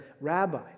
rabbi